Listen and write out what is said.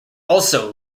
also